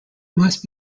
must